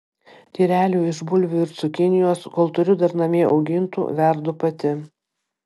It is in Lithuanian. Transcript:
tyrelių iš bulvių ir cukinijos kol turiu dar namie augintų verdu pati